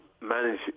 manage